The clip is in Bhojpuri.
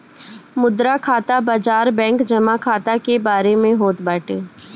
मुद्रा खाता बाजार बैंक जमा खाता के बारे में होत बाटे